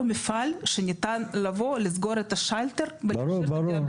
מפעל שניתן לבוא ולסגור את השלטר ברור.